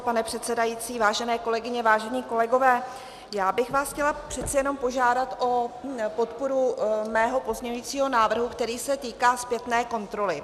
Pane předsedající, vážené kolegyně, vážení kolegové, já bych vás chtěla přece jenom požádat o podporu mého pozměňujícího návrhu, který se týká zpětné kontroly.